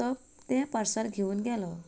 तो तें पार्सल घेवन गेलो